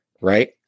right